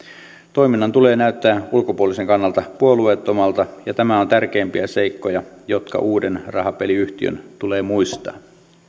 toiminnan tulee näyttää ulkopuolisen kannalta puolueettomalta ja tämä on tärkeimpiä seikkoja jotka uuden rahapeliyhtiön tulee muistaa